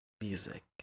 music